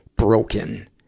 broken